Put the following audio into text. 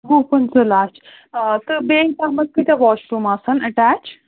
وُہ پٕنٛژٕ لَچھ تہٕ بیٚیہِ تَتھ منٛز کۭتیٛاہ واش روٗم آسَن اَٹیچ